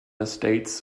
estates